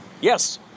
Yes